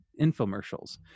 infomercials